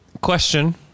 Question